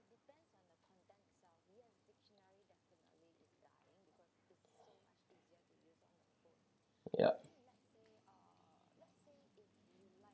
ya